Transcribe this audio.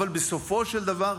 אבל בסופו של דבר,